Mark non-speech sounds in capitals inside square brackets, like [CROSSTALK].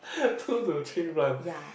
[LAUGHS] two to three plant